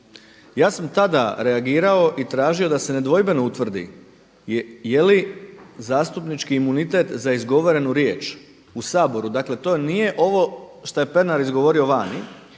Ja sam tada reagirao i tražio da se nedvojbeno utvrdi jeli zastupnički imunitet za izgovorenu riječ u Saboru, dakle to nije ovo što je Pernar izgovorio vani